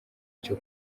cyo